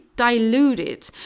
Diluted